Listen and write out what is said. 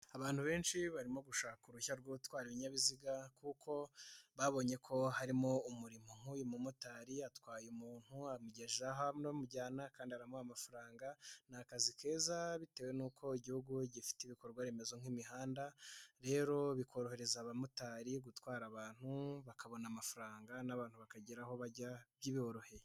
Abantu benshi barimo gushaka uruhushya rwo gutwara ibinyabiziga kuko babonye ko harimo umurimo, nk'uyu mumotari atwaye umuntu amugeze aho bamujyana kanda aramuha amafaranga, ni akazi keza bitewe n'uko igihugu gifite ibikorwa remezo nk'imihanda rero bikorohereza abamotari gutwara abantu bakabona amafaranga n'abantu bakagera aho bajya biboroheye.